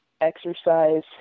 exercise